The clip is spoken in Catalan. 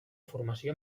formació